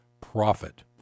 profit